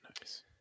Nice